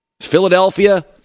Philadelphia